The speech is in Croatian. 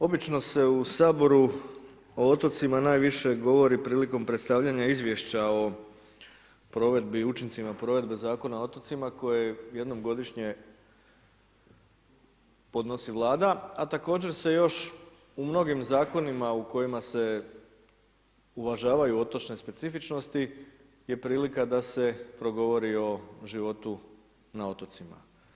Obično se u saboru o otocima najviše govori prilikom predstavljanja izvješća o provedbi učincima provedbe Zakona o otocima, koje jednom godišnje podnosi vlada, a također se još u mnogim zakonima u kojima se uvažavaju otočne specifičnosti, je prilika da se progovori o životu na otocima.